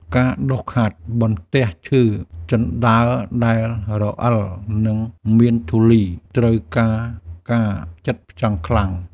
ការដុសខាត់បន្ទះឈើជណ្តើរដែលរអិល និងមានធូលី ត្រូវការការផ្ចិតផ្ចង់ខ្លាំង។